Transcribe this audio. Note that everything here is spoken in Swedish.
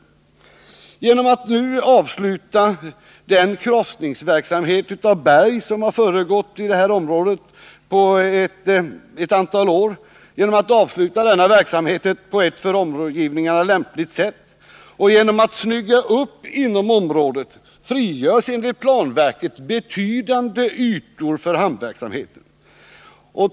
Genom att nu på ett för omgivningarna lämpligt sätt avsluta den krossningsverksamhet av berg som förekommit i detta område under ett antal år och genom att snygga upp inom området frigörs enligt planverket betydande ytor för hamnverksamhet.